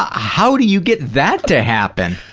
ah how do you get that to happen?